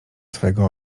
twego